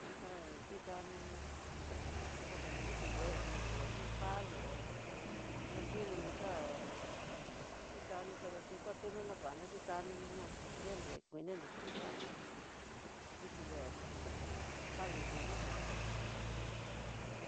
Tax kikano kitono ku diki nguenó, iin palo na xhinono xa'á, kikano pero no xatununó nguana kikano na nre nre kueni noxakikano dikingueno palo nduú xakiká.